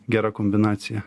gera kombinacija